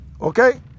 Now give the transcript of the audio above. Okay